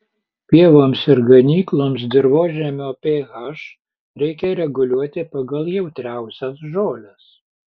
pievoms ir ganykloms dirvožemio ph reikia reguliuoti pagal jautriausias žoles